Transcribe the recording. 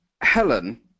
Helen